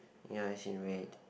ya it's in red